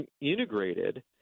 integrated